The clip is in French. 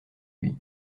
lui